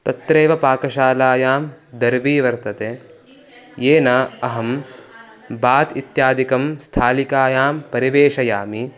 तत्रैव पाकशालायां दर्वी वर्तते येन अहं बात् इत्यादिकं स्थालिकायां परिवेशयामि